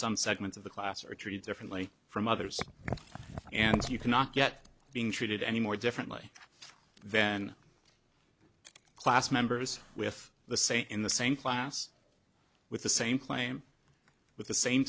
some segments of the class are treated differently from others and so you cannot get being treated any more differently then class members with the same in the same class with the same claim with the same